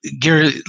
Gary –